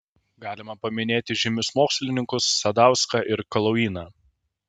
galima paminėti žymius mokslininkus sadauską ir kaluiną